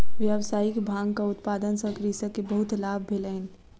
व्यावसायिक भांगक उत्पादन सॅ कृषक के बहुत लाभ भेलैन